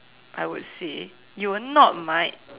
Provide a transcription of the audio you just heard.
I would say you would not my